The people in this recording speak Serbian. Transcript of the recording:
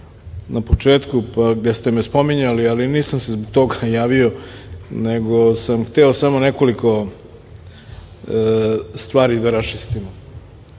na početku jer ste me spominjali, ali nisam se zbog toga javio, nego sam hteo samo nekoliko stvari da raščistimo. Nikad